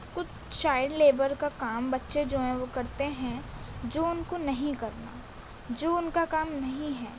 کچھ child labour کا کام بچے جو ہیں وہ کرتے ہیں جو ان کو نہیں کرنا جو ان کا کام نہیں ہے